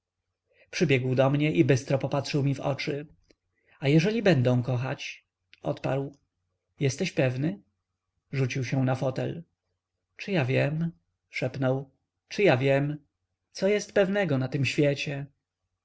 przybiegł do mnie i bystro popatrzył mi w oczy a jeżeli będą kochać odparł jesteś pewny rzucił się na fotel czy ja wiem szepnął czy ja wiem co jest pewnego na tym świecie